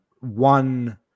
one